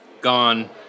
gone